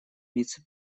вице